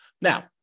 Now